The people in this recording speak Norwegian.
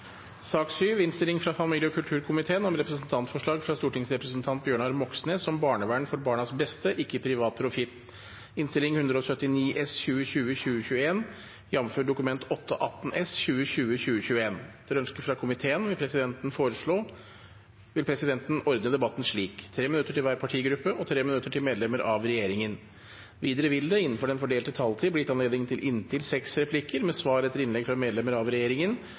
sak nr. 6. Etter ønske fra familie- og kulturkomiteen vil presidenten ordne debatten slik: 3 minutter til hver partigruppe og 3 minutter til medlemmer av regjeringen. Videre vil det – innenfor den fordelte taletid – bli gitt anledning til inntil seks replikker med svar etter innlegg fra medlemmer av regjeringen,